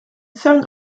seven